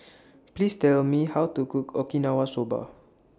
Please Tell Me How to Cook Okinawa Soba